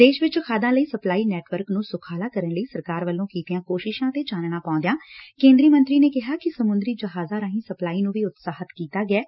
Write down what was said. ਦੇਸ਼ ਵਿਚ ਖਾਦਾਂ ਲਈ ਸਪਲਾਈ ਨੈੱਟਵਰਕ ਨੰ ਸੁਖਾਲਾ ਕਰਨ ਲਈ ਸਰਕਾਰ ਵੱਲੋਂ ਕੀਤੀਆਂ ਕੋਸ਼ਿਸਾਂ ਤੇ ਚਾਨਣਾ ਪਾਉਂਦਿਆਂ ਕੇਂਦਰੀ ਮੰਤਰੀ ਨੇ ਕਿਹਾ ਕਿ ਸਮੂੰਦਰੀ ਜਹਾਜਾਂ ਰਾਹੀਂ ਸਪਲਾਈ ਨੂੰ ਵੀ ਉਤਸ਼ਾਹਿਤ ਕੀਤਾ ਗਿਐ